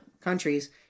countries